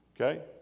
Okay